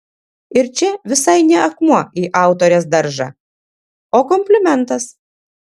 ir čia visai ne akmuo į autorės daržą o komplimentas